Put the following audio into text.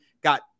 got